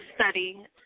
study